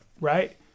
Right